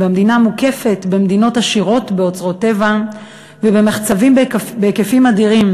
והיא מוקפת במדינות עשירות באוצרות טבע ובמחצבים בהיקפים אדירים,